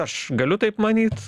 aš galiu taip manyti